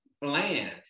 bland